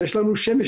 יש לנו שמש,